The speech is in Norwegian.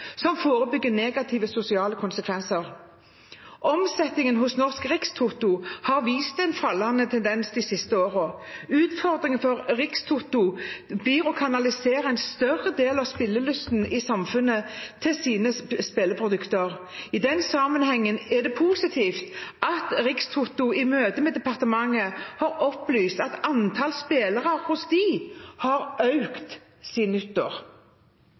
som forebygger negative sosiale konsekvenser. Omsetningen hos Norsk Rikstoto har vist en fallende tendens de siste årene. Utfordringen for Rikstoto blir å kanalisere en større del av spillelysten i samfunnet til sine spillprodukter. I den sammenhengen er det positivt at Rikstoto i møte med departementet har opplyst at antall spillere hos dem har økt siden nyttår.